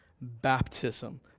baptism